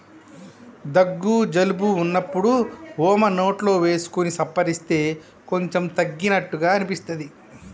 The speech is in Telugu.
దగ్గు జలుబు వున్నప్పుడు వోమ నోట్లో వేసుకొని సప్పరిస్తే కొంచెం తగ్గినట్టు అనిపిస్తది